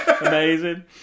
Amazing